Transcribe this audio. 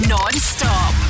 Non-stop